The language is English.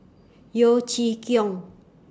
Yeo Chee Kiong